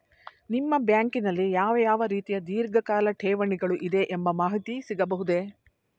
ನಿಮ್ಮ ಬ್ಯಾಂಕಿನಲ್ಲಿ ಯಾವ ಯಾವ ರೀತಿಯ ಧೀರ್ಘಕಾಲ ಠೇವಣಿಗಳು ಇದೆ ಎಂಬ ಮಾಹಿತಿ ಸಿಗಬಹುದೇ?